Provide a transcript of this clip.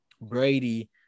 Brady